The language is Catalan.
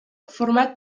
format